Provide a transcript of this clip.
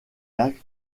lacs